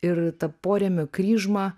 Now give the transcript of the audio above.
ir ta porėmio kryžma